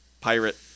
pirate